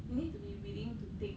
you need to be willing to take